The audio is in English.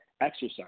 exercise